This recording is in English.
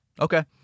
Okay